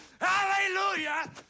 Hallelujah